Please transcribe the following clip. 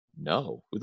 No